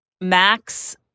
Max